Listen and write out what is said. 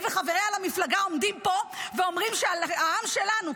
היא וחבריה למפלגה עומדים פה ואומרים שהעם שלנו,